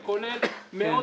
שכולל מאות